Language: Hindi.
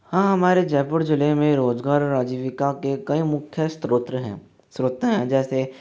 हाँ हमारे जयपुर जिले में रोजगार और आजीविका के कई मुख्य स्रोत हैं स्रोत हैं जैसे